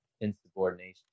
insubordination